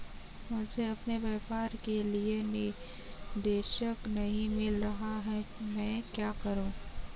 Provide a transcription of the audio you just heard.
मुझे अपने व्यापार के लिए निदेशक नहीं मिल रहा है मैं क्या करूं?